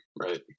right